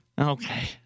Okay